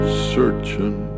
searching